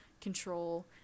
control